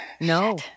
No